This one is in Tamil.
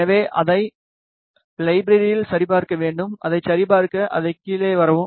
எனவே அதை லைஃப்பெரில் சரிபார்க்க வேண்டும்அதைச் சரிபார்க்க அதை கீழே வரவும்